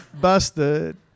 Busted